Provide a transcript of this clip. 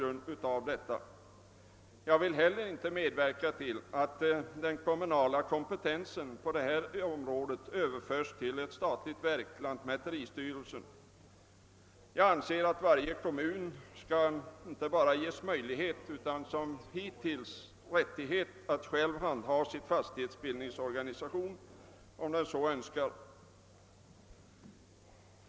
Inte heller vill jag medverka till att den kommunala kompetensen på detta område överförs till ett statligt verk, dvs. till lantmäteristyre' sen. Jag anser att varje kommun inte bara skall ha möjlighet utan som hittills också rättighet att själv handha sin fastighetsbildningsorganisation, om den så önskar.